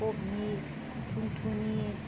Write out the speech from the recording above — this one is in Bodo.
कबि थुनथुनि